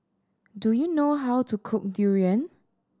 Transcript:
do you know how to cook durian